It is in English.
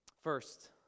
First